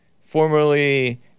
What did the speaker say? formerly